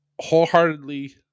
wholeheartedly